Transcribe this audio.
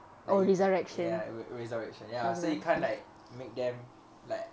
like you can ya re~ re~ resurrection ya so you can't like make them like